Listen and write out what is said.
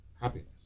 happiness